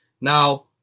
Now